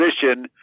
position